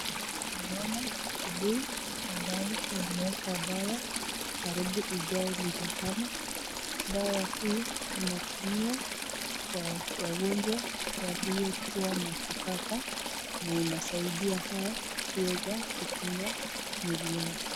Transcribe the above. Mwanaume kibuyuu ameweka dawa ijae lita tano . Dawa hii inatumiwa kwa wagonjwaka aliyekua na kifafa na inasaidia wao kuweza kukinga mwili zao.